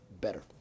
better